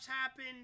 happen